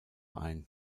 ein